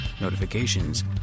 notifications